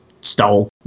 stole